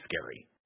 scary